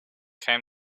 came